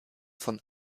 von